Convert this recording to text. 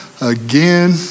again